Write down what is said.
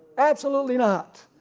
absolutely not.